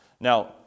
Now